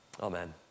Amen